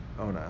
Ona